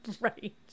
Right